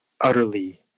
utterly